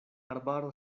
arbaro